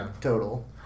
total